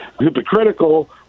hypocritical